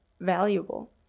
valuable